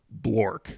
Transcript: blork